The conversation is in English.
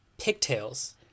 pigtails